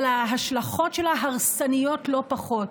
אבל ההשלכות שלה הרסניות לא פחות.